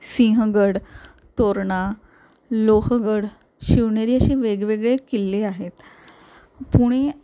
सिंहगड तोरणा लोहगड शिवनेरी असे वेगवेगळे किल्ले आहेत पुणे